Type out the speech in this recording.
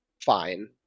fine